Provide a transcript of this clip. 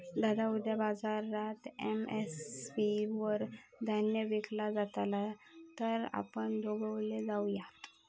दादा उद्या बाजारात एम.एस.पी वर धान्य विकला जातला तर आपण दोघवले जाऊयात